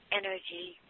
energy